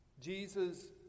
Jesus